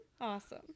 Awesome